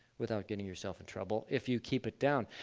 without getting yourself in trouble if you keep it down.